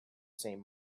same